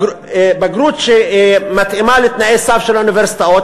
בגרות שמתאימה לתנאי סף של האוניברסיטאות,